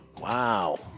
Wow